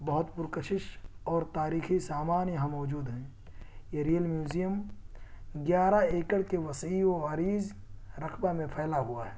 بہت پرکشش اور تاریخی سامان یہاں موجود ہیں یہ ریل میوزیم گیارہ ایکڑ کے وسیع و عریض رقبہ میں پھیلا ہوا ہے